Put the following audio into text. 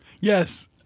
yes